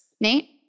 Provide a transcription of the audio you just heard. Nate